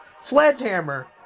Sledgehammer